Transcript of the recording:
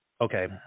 okay